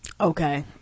Okay